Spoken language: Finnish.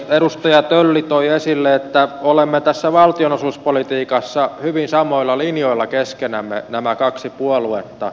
edustaja tölli toi esille että olemme tässä valtionosuuspolitiikassa hyvin samoilla linjoilla keskenämme nämä kaksi puoluetta